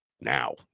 now